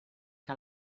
que